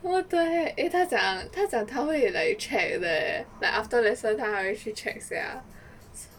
what the heck eh 他讲他讲他会 like check leh like after lesson 他还会去 check sia